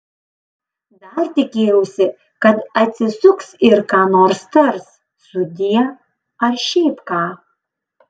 dar tikėjausi kad atsisuks ir ką nors tars sudie ar šiaip ką